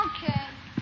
Okay